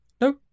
No